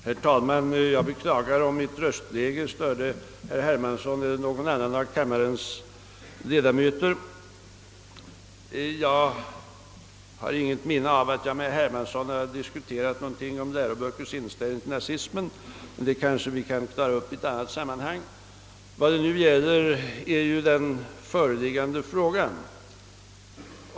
Herr talman! Jag beklagar om mitt röstläge stört herr Hermansson eller någon annan av kammarens ledamöter. Jag har inget minne av att jag med herr Hermansson diskuterat läroböckers framställning av nazismen. Men det kan vi kanske klara upp i ett annat sammanhang. Vad det nu gäller är den föreliggande frågan.